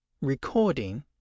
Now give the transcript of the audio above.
Recording